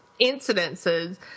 incidences